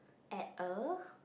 at a